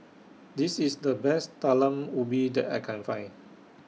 This IS The Best Talam Ubi that I Can Find